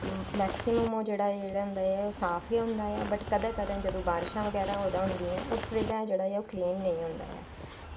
maximum जेह्ड़ा ओह् होंदा ऐ साफ गै होंदा ऐ बट कदैं कदैं जदूं बारशां बगैरा कुतै होंदियां उस बेल्लै ओह् जेह्ड़ा क्लीन नेंई होंदा